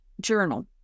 journal